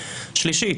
שלישית,